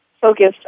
focused